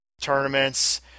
tournaments